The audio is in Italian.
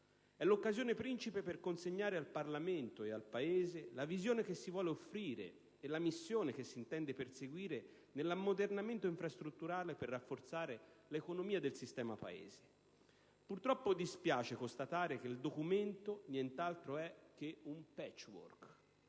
È l'occasione principe per consegnare al Parlamento e al Paese la visione che si vuole offrire e la missione che si intende perseguire nell'ammodernamento infrastrutturale per rafforzare l'economia del sistema Paese. Purtroppo dispiace constatare che il documento nient'altro è che un *patchwork*,